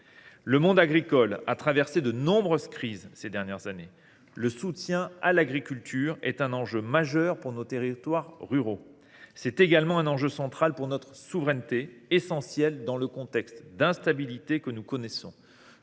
Le monde agricole a traversé de nombreuses crises au cours des dernières années. Le soutien à l’agriculture est un enjeu majeur pour les territoires ruraux. C’est également un enjeu central pour notre souveraineté et essentiel dans le contexte d’instabilité que nous connaissons.